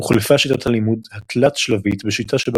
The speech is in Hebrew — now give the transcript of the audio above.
הוחלפה שיטת הלימוד התלת-שלבית בשיטה שבה